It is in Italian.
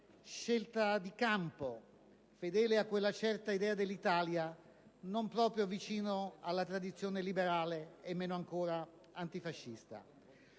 scelta di campo fedele a quella certa idea dell'Italia non proprio vicina alla tradizione liberale, e meno ancora antifascista.